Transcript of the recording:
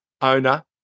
owner